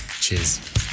cheers